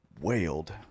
wailed